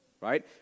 right